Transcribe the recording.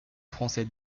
français